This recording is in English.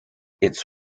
its